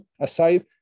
aside